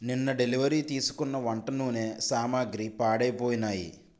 నిన్న డెలివరీ తీసుకున్న వంట నూనె సామాగ్రి పాడైపోయినాయి